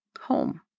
home